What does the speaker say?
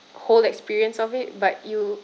whole experience of it but you